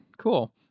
Cool